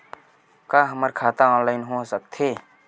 का हमर खाता ऑनलाइन हो सकथे?